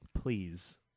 please